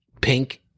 Pink